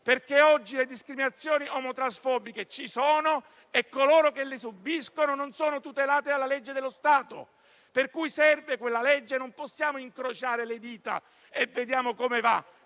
perché oggi le discriminazioni omotransfobiche ci sono e coloro che le subiscono non sono tutelati dalla legge dello Stato. Presidente, quella legge serve e, pertanto, non possiamo incrociare le dita e vedere come va;